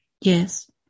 Yes